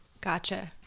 Gotcha